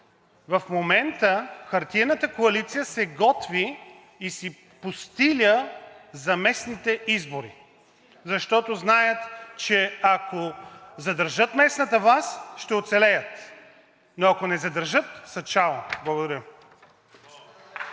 в момента хартиената коалиция се готви и си постила за местните избори. Защото знаят, че ако задържат местната власт, ще оцелеят. Но ако не я задържат, са чао. Благодаря.